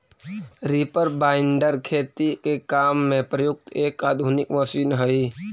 reaper binder खेती के काम में प्रयुक्त एक आधुनिक मशीन हई